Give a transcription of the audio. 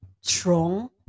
strong